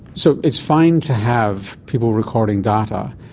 so it's fine to have people recording data.